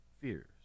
fears